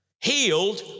healed